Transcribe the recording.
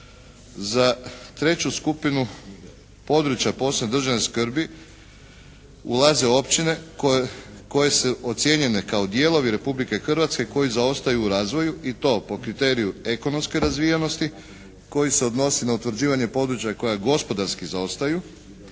Za treću skupinu područja posebne državne skrbi ulaze općine koje su ocijenjene kao dijelovi Republike Hrvatske koji zaostaju u razvoju i to po kriteriju ekonomske razvijenosti koji se odnosi na utvrđivanje područja koja gospodarski zaostaju,